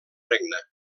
regne